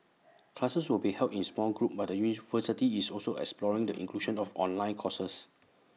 classes will be held in small groups but the university is also exploring the inclusion of online courses